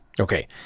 Okay